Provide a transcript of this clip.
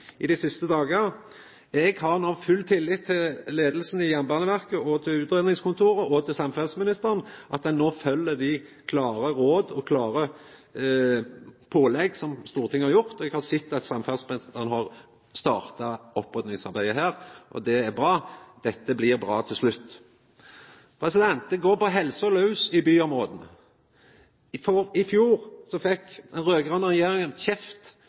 utgreiinga dei siste dagane. Eg har no full tillit til at leiinga i Jernbaneverket, utgreiingskontoret og samferdselsministeren no følgjer dei klare råda og klare pålegga som Stortinget har kome med. Eg har sett at samferdselsministeren har starta oppryddingsarbeidet her, og det er bra. Dette blir bra til slutt. Det går på helsa laus i byområda. I fjor fekk den raud-grøne regjeringa kjeft